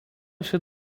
się